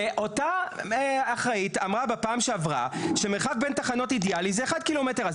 ואותה אחראית אמרה בפעם שעברה שהמרחק בין תחנות אידיאלי זה 1 קילומטר,